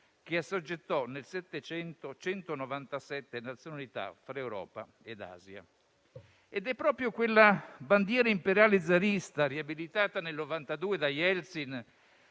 che assoggettò nel Settecento 197 nazionalità fra Europa e Asia. Ed è proprio quella bandiera imperiale zarista riabilitata nel 1992 da Eltsin,